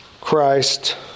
Christ